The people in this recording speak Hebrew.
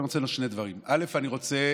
אני רוצה שני דברים.